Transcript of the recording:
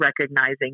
recognizing